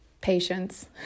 Patience